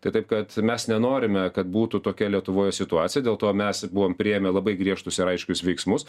tai taip kad mes nenorime kad būtų tokia lietuvoje situacija dėl to mes ir buvom priėmę labai griežtus ir aiškius veiksmus